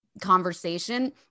conversation